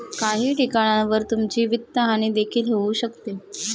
काही ठिकाणांवर तुमची वित्तहानी देखील होऊ शकते